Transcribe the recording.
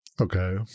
Okay